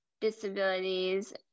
disabilities